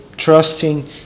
Trusting